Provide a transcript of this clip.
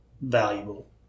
valuable